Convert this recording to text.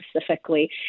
specifically